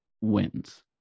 wins